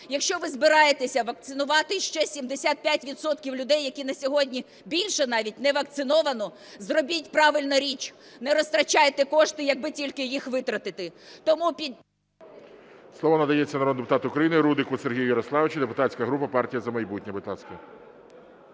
Якщо ви збираєтеся вакцинувати ще 75 відсотків людей, які на сьогодні, більше навіть, не вакциновано, зробіть правильну річ – не витрачайте кошти, якби тільки їх витратити. ГОЛОВУЮЧИЙ. Слово надається народному депутату України Рудику Сергію Ярославовичу, депутатська група "Партія "За майбутнє",